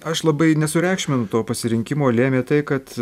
aš labai nesureikšminu to pasirinkimo lėmė tai kad